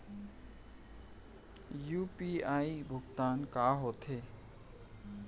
UPI भुगतान का होथे?